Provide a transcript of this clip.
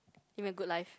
you mean a good life